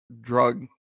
drug